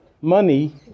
money